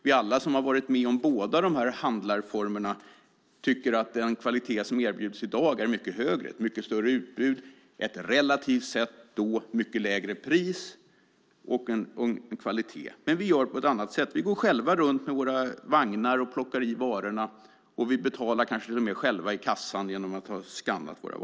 Vi som varit med om båda handlarformerna tycker nog att den kvalitet som erbjuds i dag är mycket högre. Det är ett mycket större utbud till ett relativt sett mycket lägre pris. I dag går vi själva runt med våra vagnar och plockar i varor. Vi kanske till och med skannar varorna själva och betalar direkt i kassan.